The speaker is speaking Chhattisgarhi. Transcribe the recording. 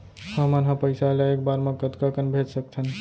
हमन ह पइसा ला एक बार मा कतका कन भेज सकथन?